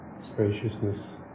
spaciousness